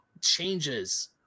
changes